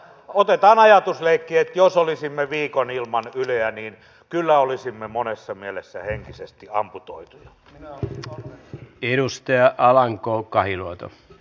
otetaan ajatusleikki että jos olisimme viikon ilman yleä niin kyllä olisimme monessa mielessä henkisesti amputoituja ennuste alanko kahiluoto